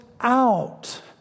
out